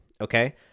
okay